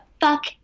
fuck